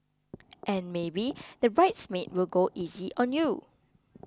and maybe the bridesmaid will go easy on you